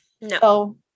No